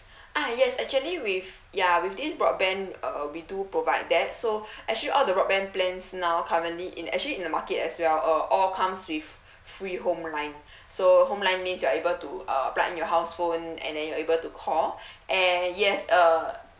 ah yes actually with ya with this broadband uh we do provide that so actually all the broadband plans now currently in actually in the market as well uh all comes with free home line so home line means you are able to uh plug in your house phone and then you are able to call and yes uh